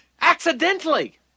accidentally